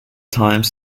times